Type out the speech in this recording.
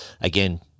again